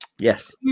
Yes